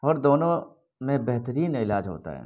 اور دونوں میں بہترین علاج ہوتا ہے